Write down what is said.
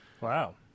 Wow